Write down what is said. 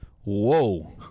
Whoa